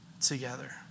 together